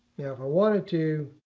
wanted to.